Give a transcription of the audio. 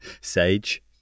Sage